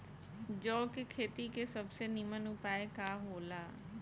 जौ के खेती के सबसे नीमन उपाय का हो ला?